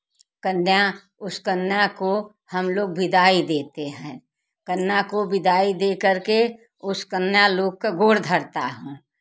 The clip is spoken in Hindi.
कन्या उसे कन्या को हम लोग विदाई देते हैं कन्या को विदाई देकर के उस कन्या लोग का गोड़ धरते हैं